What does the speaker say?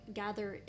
gather